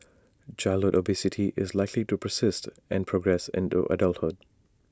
childhood obesity is likely to persist and progress into adulthood